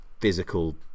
physical